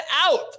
out